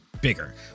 bigger